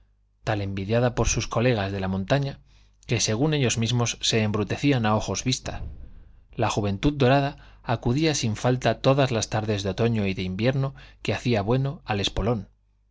tan envidiada por sus colegas de la montaña que según ellos mismos se embrutecían a ojos vistas la juventud dorada acudía sin falta todas las tardes de otoño y de invierno que hacía bueno al espolón